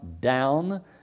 down